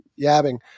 yabbing